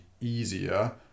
easier